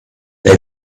they